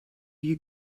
you